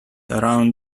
around